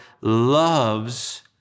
loves